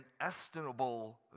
inestimable